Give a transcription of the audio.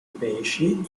pesci